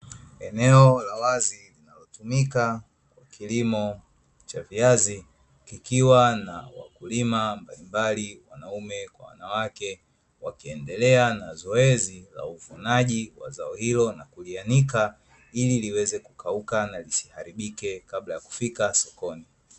Eneo la wazi linalotumika kwa kilimo cha viazi kikiwa na wakulima mbalimbali wanaume kwa wanawake, wakiendele na zoezi la uvunaji wa zao hili na kulianika ili liweze kukauka na lisiharibike kabla ya kufika sokoni.